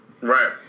right